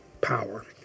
power